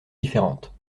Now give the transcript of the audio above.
différentes